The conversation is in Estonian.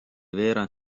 veerand